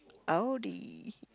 audi